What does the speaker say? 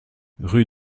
rue